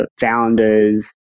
founders